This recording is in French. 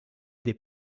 des